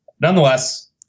nonetheless